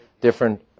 different